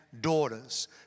daughters